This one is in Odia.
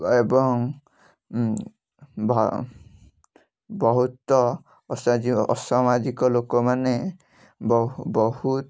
ଏବଂ ଭା ବହୁତ ଅସାଯ୍ୟ ଅସାମାଜିକ ଲୋକମାନେ ବହୁ ବହୁ